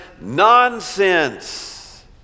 nonsense